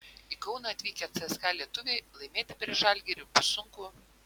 į kauną atvykę cska lietuviai laimėti prieš žalgirį bus sunku